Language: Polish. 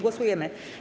Głosujemy.